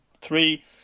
three